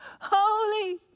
holy